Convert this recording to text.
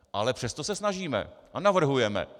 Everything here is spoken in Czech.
Ale přesto se snažíme a navrhujeme.